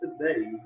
today